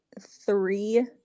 three